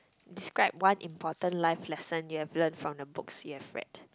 describe one important life lesson you have learnt from the books you have read